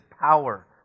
power